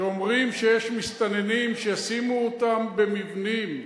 שאומרים שיש מסתננים שישימו אותם במבנים,